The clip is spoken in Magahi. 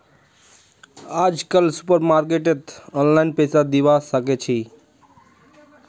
आजकल सुपरमार्केटत ऑनलाइन पैसा दिबा साकाछि